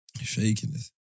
shakiness